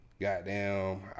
Goddamn